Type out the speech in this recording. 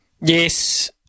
Yes